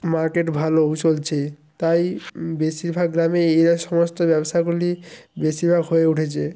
market ভালোও চলছে তাই বেশিরভাগ গ্রামে এই সমস্ত ব্যবসাগুলি বেশিরভাগ হয়ে উঠেছে